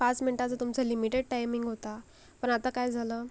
पाच मिनिटाचं तुमचं लिमिटेड टाइमिंग होतं पण आता काय झालं